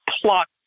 plot